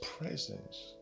presence